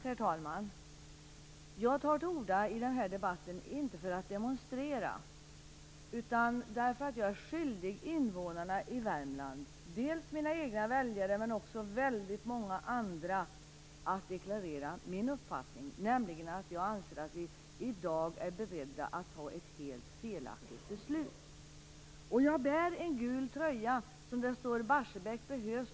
Herr talman! Jag tar till orda i den här debatten inte för att demonstrera utan därför att jag är skyldig att för invånarna i Värmland - dels mina egna väljare, dels många andra - deklarera min uppfattning. Jag anser nämligen att man i dag är beredd att fatta ett helt felaktigt beslut. Jag bär en gul tröja som det står "Barsebäck behövs!"